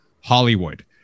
Hollywood